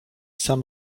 sam